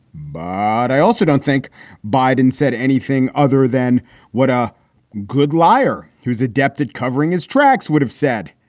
ah but i also don't think biden said anything other than what a good liar he was adapted covering his tracks would have said.